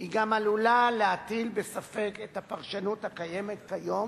היא גם עלולה להטיל בספק את הפרשנות הקיימת כיום